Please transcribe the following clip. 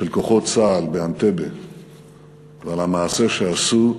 של כוחות צה"ל באנטבה ועל המעשה שעשו,